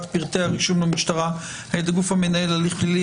פרטי הרישום למשטרה על ידי גוף המנהל הליך פלילי),